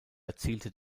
erzielte